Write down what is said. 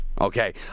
Okay